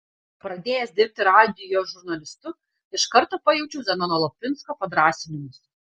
pradėjęs dirbti radijo žurnalistu iš karto pajaučiau zenono lapinsko padrąsinimus